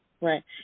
Right